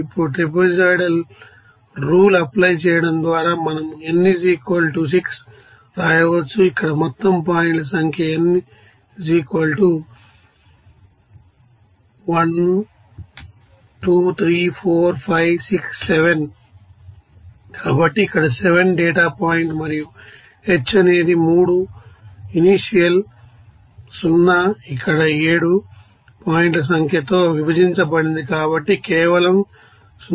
ఇప్పుడు trapezoidal rule apply చేయడం ద్వారా మనం n 6 రాయవచ్చు ఇక్కడ మొత్తం పాయింట్ సంఖ్య n 7 1 2 3 4 5 6 7 కాబట్టి ఇక్కడ 7 డేటా పాయింట్ మరియు h అనేది 3 ఇనిషియల్ 0 ఇక్కడ 7 పాయింట్ల సంఖ్యతో విభజించబడింది కాబట్టి ఇది కేవలం 0